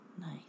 Nice